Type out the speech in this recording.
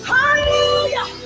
Hallelujah